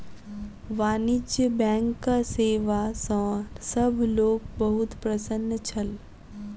वाणिज्य बैंकक सेवा सॅ सभ लोक बहुत प्रसन्न छल